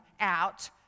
out